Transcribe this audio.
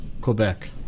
Quebec